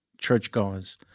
churchgoers